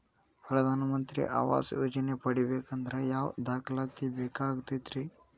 ಪ್ರಧಾನ ಮಂತ್ರಿ ಆವಾಸ್ ಯೋಜನೆ ಪಡಿಬೇಕಂದ್ರ ಯಾವ ದಾಖಲಾತಿ ಬೇಕಾಗತೈತ್ರಿ?